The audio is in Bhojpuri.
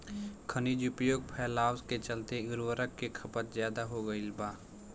खनिज उपयोग फैलाव के चलते उर्वरक के खपत ज्यादा हो गईल बा